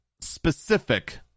specific